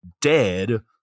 dead